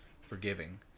forgiving